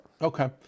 Okay